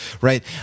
right